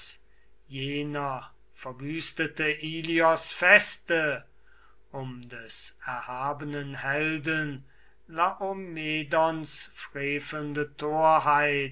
jener verwüstete ilios feste um des erhabenen helden laomedons frevelnde